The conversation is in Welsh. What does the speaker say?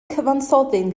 cyfansoddyn